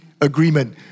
agreement